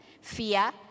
fear